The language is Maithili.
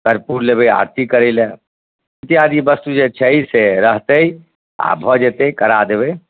कर्पूर लेबै आरती करै लए इत्यादि वस्तु जे छै से रहतै आओर भऽ जएतै करा देबै